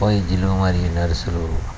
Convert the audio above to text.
వైద్యులు మరియు నర్సులు